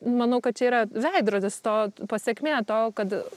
manau kad čia yra veidrodis to pasekmė to kad